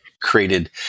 created